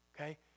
Okay